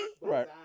Right